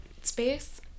space